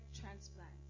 transplant